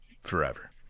forever